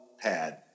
pad